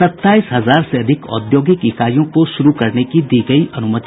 सत्ताईस हजार से अधिक औद्योगिक इकाइयों को शुरू करने की दी गयी अनुमति